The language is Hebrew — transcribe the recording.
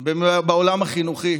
בעולם החינוכי